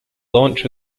launch